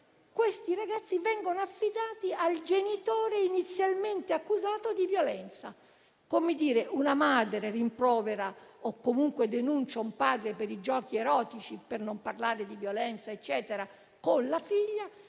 questi ragazzi vengono poi affidati al genitore inizialmente accusato di violenza. Come a dire: una madre rimprovera o comunque denuncia un padre per i giochi erotici, per non parlare di violenza, con la figlia;